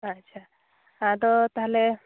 ᱟᱪᱪᱷᱟ ᱟᱫᱚ ᱛᱟᱦᱚᱞᱮ